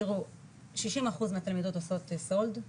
60% מהתלמידות עודות סולד,